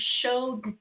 showed